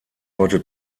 heute